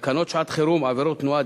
תקנות שעת-חירום (עבירות תנועה,